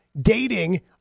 dating